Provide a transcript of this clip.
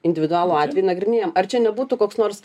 individualų atvejį nagrinėjam ar čia nebūtų koks nors